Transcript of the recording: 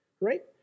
Right